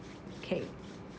K